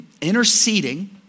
Interceding